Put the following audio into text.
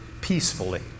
peacefully